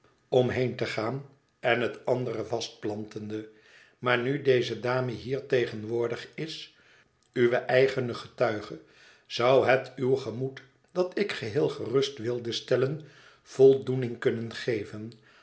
om heen te gaan en het andere vastplantende maar nu deze dame hier tegenwoordig is uwe eigene getuige zou het uw gemoed dat ik geheel gerust wilde stellen voldoening kunnen geven